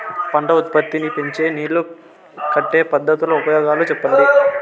పంట ఉత్పత్తి నీ పెంచే నీళ్లు కట్టే పద్ధతుల ఉపయోగాలు చెప్పండి?